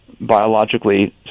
biologically